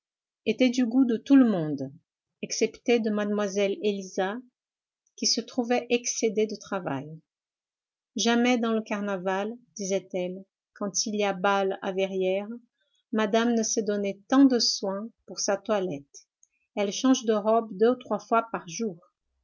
était du goût de tout le monde excepté de mlle élisa qui se trouvait excédée de travail jamais dans le carnaval disait-elle quand il y a bal à verrières madame ne s'est donné tant de soins pour sa toilette elle change de robes deux ou trois fois par jour